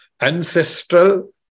ancestral